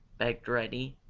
begged reddy,